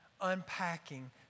unpacking